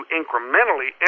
incrementally